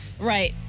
right